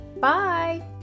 bye